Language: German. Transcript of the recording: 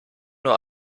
nur